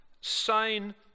sane